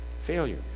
Failure